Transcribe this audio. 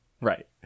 right